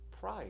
pride